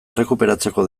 errekuperatzeko